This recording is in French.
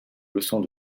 leçons